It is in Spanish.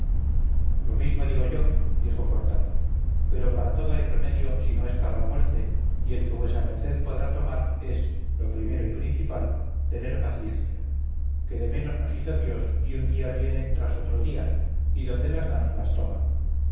lo mismo digo yo dijo cortado pero para todo hay remedio si no es para la muerte y el que vuesa merced podrá tomar es lo primero y principal tener paciencia que de menos nos hizo dios y un día viene tras otro día y donde las dan las toman